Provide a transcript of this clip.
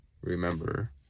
remember